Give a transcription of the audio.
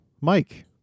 Mike